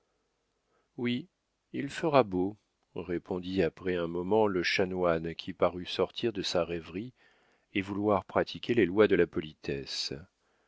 oui il fera beau répondit après un moment le chanoine qui parut sortir de sa rêverie et vouloir pratiquer les lois de la politesse